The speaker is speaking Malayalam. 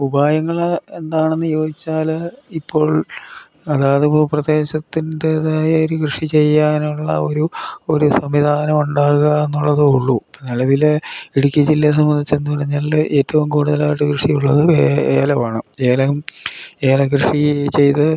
ഉപായങ്ങൾ എന്താണെന്നു ചോദിച്ചാൽ ഇപ്പോൾ അതാത് പ്രദേശത്തിൻ്റേതായ ഒരു കൃഷി ചെയ്യാനുള്ള ഒരു ഒരു സംവിധാനം ഉണ്ടാകുക എന്നുള്ളതെ ഉള്ളൂ ഇപ്പോൾ നിലവിലെ ഇടുക്കി ജില്ലയെ സംബന്ധിച്ച് എന്നു പറഞ്ഞാൽ ഏറ്റവും കൂടുതലായിട്ട് കൃഷിയുള്ളത് ഏലമാണ് ഏലം ഏലം കൃഷി ചെയ്ത്